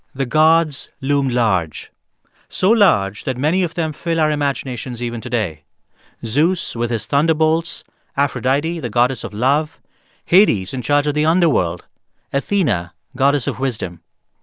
the gods loom large so large that many of them fill our imaginations even today zeus with his thunderbolts aphrodite, the goddess of love hades, in charge of the underworld athena, goddess of wisdom.